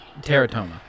Teratoma